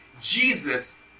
Jesus